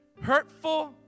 hurtful